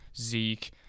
Zeke